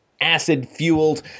acid-fueled